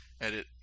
edit